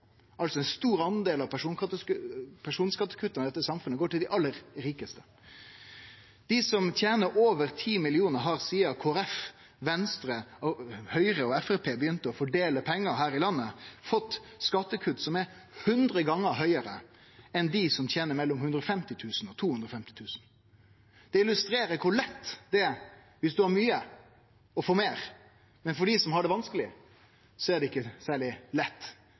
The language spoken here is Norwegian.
Ein stor del av personskattekutta i dette samfunnet går altså til dei aller rikaste. Dei som tener over 10 mill. kr, har sidan Kristeleg Folkeparti, Venstre, Høgre og Framstegspartiet begynte å fordele pengar her i landet, fått skattekutt som er hundre gonger større enn for dei som tener mellom 150 000 kr og 250 000 kr. Det illustrerer kor lett det er om ein har mykje, å få meir, mens det for dei som har det vanskeleg, ikkje er særleg lett.